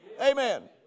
amen